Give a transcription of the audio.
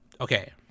okay